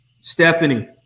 Stephanie